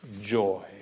joy